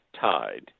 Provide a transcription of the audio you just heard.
tied